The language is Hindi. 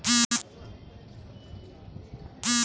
क्या के.वाई.सी अपडेट करने के लिए आधार कार्ड अनिवार्य है?